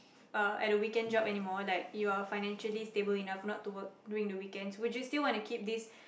uh at a weekend job anymore like you are financially stable enough not to work during the weekends would you still wanna keep this